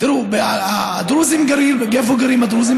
תראו, הדרוזים גרים, איפה גרים הדרוזים?